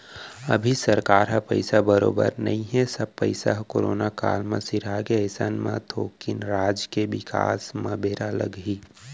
अभी सरकार ह पइसा बरोबर नइ हे सब पइसा ह करोना काल म सिरागे अइसन म थोकिन राज के बिकास म बेरा लगही